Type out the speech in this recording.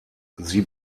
sie